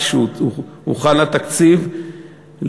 כשהוכן התקציב,